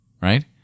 right